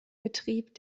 betrieb